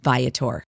Viator